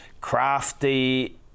crafty